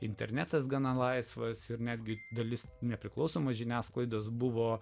internetas gana laisvas ir netgi dalis nepriklausomos žiniasklaidos buvo